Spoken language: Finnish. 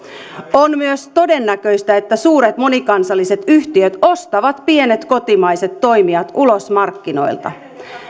on myös todennäköistä että suuret monikansalliset yhtiöt ostavat pienet kotimaiset toimijat ulos markkinoilta